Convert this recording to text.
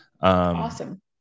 Awesome